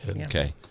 Okay